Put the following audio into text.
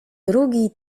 drugi